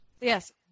Yes